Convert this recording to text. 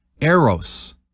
eros